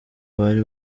bari